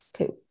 okay